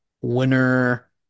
Winner